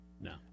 No